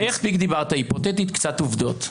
--- דיברת היפותטית, קצת עובדות.